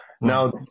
Now